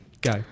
go